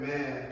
Man